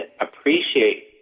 appreciate